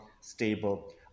stable